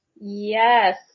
Yes